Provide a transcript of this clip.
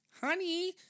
honey